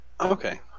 Okay